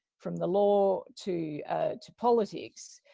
from the law, to to politics.